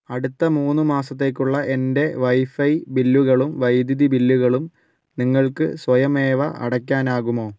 അടുത്ത മൂന്ന് മാസത്തേക്കുള്ള എൻ്റെ വൈഫൈ ബില്ലുകളും വൈദ്യുതി ബില്ലുകളും നിങ്ങൾക്ക് സ്വയമേവ അടയ്ക്കാനാകുമോ